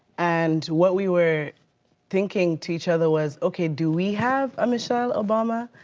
and what we were thinking to each other was, okay, do we have a michelle obama?